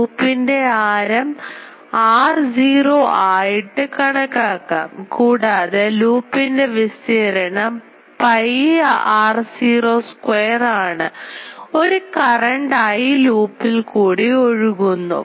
ലുപ്പിൻറെ ആരം r0 ആയിട്ട് കണക്കാക്കാം കൂടാതെ ലുപ്പിൻറെ വിസ്തീർണ്ണം pi r0 square ആണ് ഒരു കറണ്ട് I ലുപ്പിൽ കൂടി ഒഴുകുന്നു